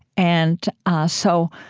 and ah so,